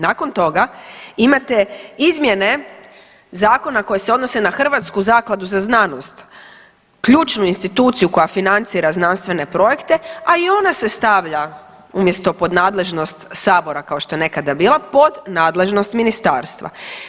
Nakon toga, imate izmjene Zakona koje se odnose na Hrvatsku zakladu za znanost, ključnu instituciju koja financira znanstvene projekte, a i ona se stavlja umjesto pod nadležnost sabora kao što je nekada bila pod nadležnost ministarstva.